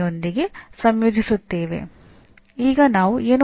ಇದರಲ್ಲಿ ಒಳಗೊಂಡಿರುವ ಪ್ರಕ್ರಿಯೆ ಏನು